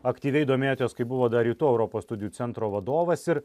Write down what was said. aktyviai domėjotės kaip buvot dar rytų europos studijų centro vadovas ir